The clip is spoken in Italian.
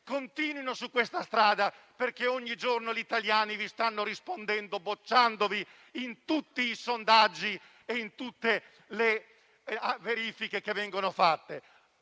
continuino su questa strada, ma ogni giorno gli italiani vi stanno rispondendo bocciandovi in tutti i sondaggi e in tutte le verifiche che vengono fatte.